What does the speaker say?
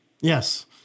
Yes